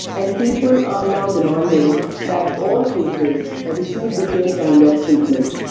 and people are now demanding that all cases receive the same kind of treatment.